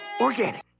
Organic